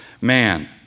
man